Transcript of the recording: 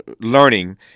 learning